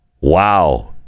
wow